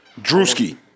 Drewski